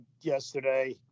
yesterday